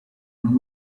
non